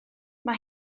mae